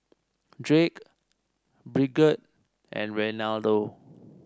Drake Bridgett and Reinaldo